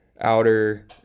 outer